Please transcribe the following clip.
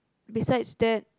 besides that